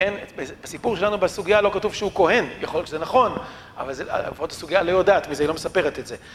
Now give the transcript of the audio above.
בסיפור שלנו בסוגיה לא כתוב שהוא כהן, יכול להיות שזה נכון, אבל לפחות הסוגיה לא יודעת מזה, היא לא מספרת את זה.